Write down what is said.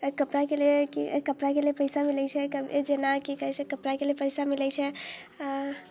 कपड़ाके लिए कपड़ाके लिए पैसा मिलैत छै जेना की कहैत छै कपड़ाके लिए पैसा मिलैत छै